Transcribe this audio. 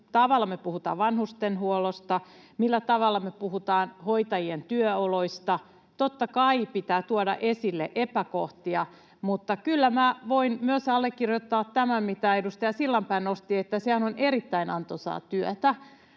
millä tavalla me puhutaan vanhustenhuollosta, millä tavalla me puhutaan hoitajien työoloista. Totta kai pitää tuoda esille epäkohtia, mutta kyllä myös minä voin allekirjoittaa tämän, mitä edustaja Sillanpää nosti, että se hoitajan työhän on erittäin antoisaa työtä